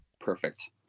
Perfect